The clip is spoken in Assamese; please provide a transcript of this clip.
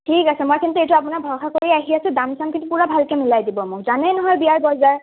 ঠিক আছে মই কিন্তু এইটো আপোনাক ভৰষা কৰি আহি আছো দাম চাম কিন্তু পুৰা ভালকে মিলাই দিব মোক জানেই নহয় বিয়াৰ বজাৰ